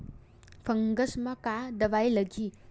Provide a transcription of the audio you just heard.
Fungus म का दवाई लगी?